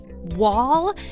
Wall